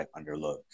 underlooked